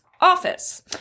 Office